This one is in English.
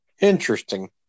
Interesting